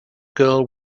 girl